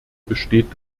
besteht